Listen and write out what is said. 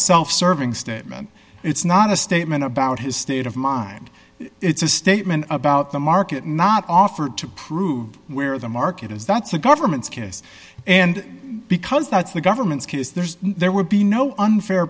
self serving statement it's not a statement about his state of mind it's a statement about the market not offered to prove where the market is that's the government's case and because that's the government's case there's there would be no unfair